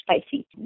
spicy